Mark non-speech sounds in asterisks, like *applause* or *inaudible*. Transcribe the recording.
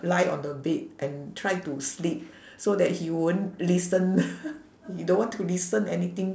lie on the bed and try to sleep so that he won't listen *laughs* he don't want to listen anything